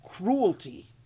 cruelty